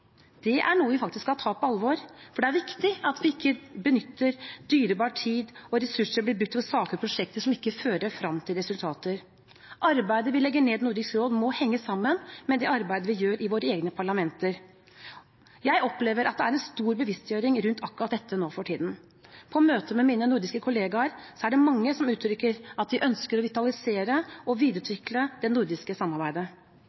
noe vi faktisk skal ta på alvor, for det er viktig at dyrebar tid og ressurser ikke blir brukt på saker og prosjekter som ikke vil føre frem til resultater. Arbeidet vi legger ned i Nordisk råd, må henge sammen med det arbeidet vi gjør i våre egne parlamenter. Jeg opplever at det er en stor bevisstgjøring rundt akkurat dette nå for tiden. På møter med mine nordiske kolleger er det mange som uttrykker at de ønsker å vitalisere og